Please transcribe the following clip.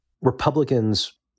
Republicans